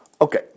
Okay